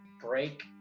break